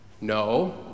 No